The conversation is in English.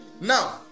Now